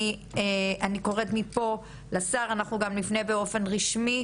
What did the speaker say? אני קוראת מפה לשר המשפטים ואנחנו נפנה אליו ולמשרד גם באופן רשמי.